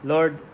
Lord